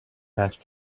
passed